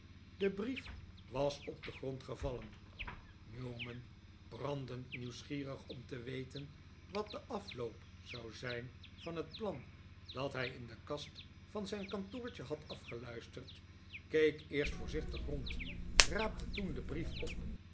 de brief was op den grond gevallen newman brandend nieuwsgierig om te weten wat de afloop zou zijn van het plan dat hij in de kast van zijn kantoortje had afgeluisterd keek eerst voorzichtig rond raapte toen den brief op